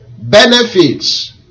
Benefits